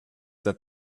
that